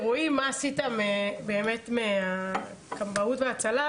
שרואים מה עשית באמת מכבאות והצלה,